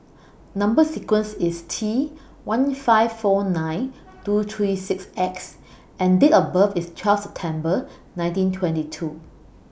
Number sequence IS T one five four nine two three six X and Date of birth IS twelve September nineteen twenty two